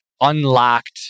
unlocked